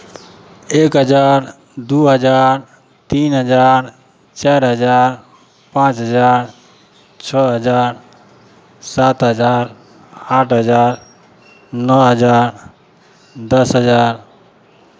एक हजार दू हजार तीन हजार चारि हजार पाँच हजार छओ हजार सात हजार आठ हजार नओ हजार दस हजार